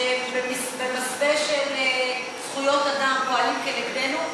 שולחת בפועל אלפי משפחות אל מלחמת קיום יומיומית.